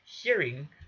hearing